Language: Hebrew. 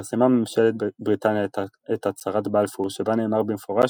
פרסמה ממשלת בריטניה את הצהרת בלפור שבה נאמר במפורש